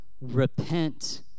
Repent